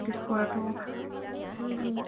কৰাটো